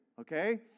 Okay